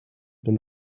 than